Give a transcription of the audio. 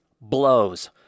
blows